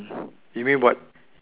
mm you mean what